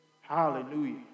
Hallelujah